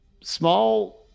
small